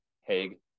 Haig